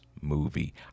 movie